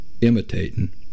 imitating